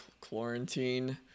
quarantine